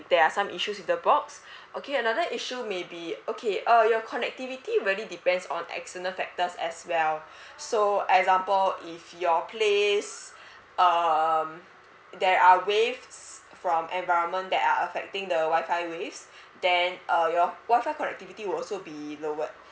there are some issues with the box okay another issue maybe okay uh your connectivity really depends on external factors as well so example if your place um there are waves from environment that are affecting the wi-fi waves then uh your wi-fi connectivity would also be lowered